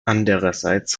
andererseits